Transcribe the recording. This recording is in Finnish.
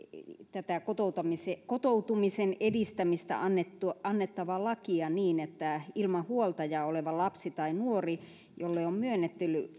tätä kotoutumisen edistämisestä annettua lakia niin että ilman huoltajaa oleva lapsi tai nuori jolle on myönnetty